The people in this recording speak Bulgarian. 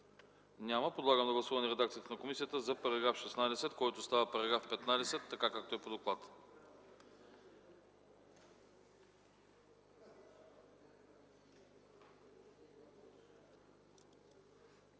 Няма. Подлагам на гласуване редакцията на комисията за § 22, който става § 21, така както е по доклад.